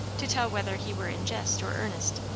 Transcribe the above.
to tell whether he were in jest or earnest.